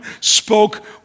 spoke